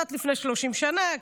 לפני 30 שנה,